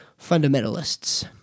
fundamentalists